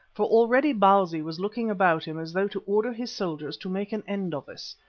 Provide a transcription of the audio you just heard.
for already bausi was looking about him as though to order his soldiers to make an end of us.